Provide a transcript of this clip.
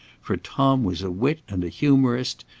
for tom was a wit and a humourist,